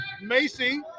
Macy